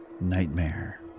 nightmare